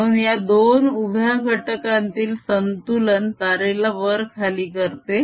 म्हणून या दोन उभ्या घटकांतील संतुलन तारेला वर खाली करते